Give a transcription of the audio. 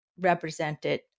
represented